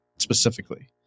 specifically